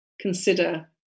consider